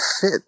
fit